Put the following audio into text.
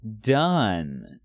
done